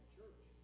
church